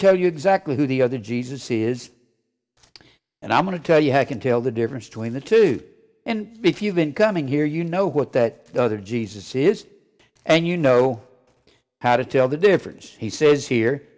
tell you exactly who the other jesus is and i'm going to tell you how i can tell the difference between the two and if you've been coming here you know what that other jesus is and you know how to tell the difference he says here